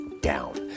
down